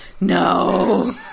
No